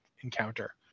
encounter